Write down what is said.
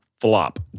FLOP